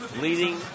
leading